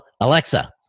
Alexa